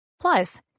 Plus